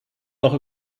noch